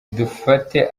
dufate